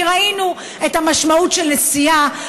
כי ראינו את המשמעות של נסיעה.